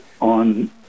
on